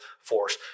force